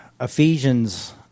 Ephesians